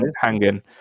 Hanging